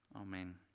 amen